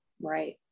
Right